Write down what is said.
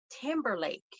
Timberlake